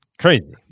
Crazy